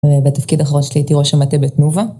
בתפקיד אחרון שלי הייתי ראש המטה בתנובה.